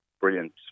brilliant